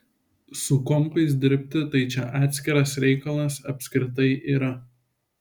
su kompais dirbti tai čia atskiras reikalas apskritai yra